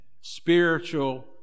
spiritual